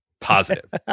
Positive